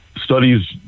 studies